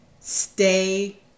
Stay